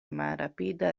malrapide